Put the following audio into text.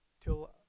till